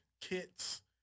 kits